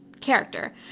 character